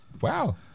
Wow